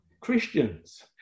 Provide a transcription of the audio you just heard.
Christians